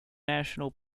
national